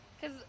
Cause